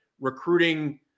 recruiting